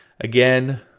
again